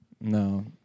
No